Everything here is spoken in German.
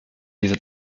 dieser